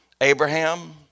Abraham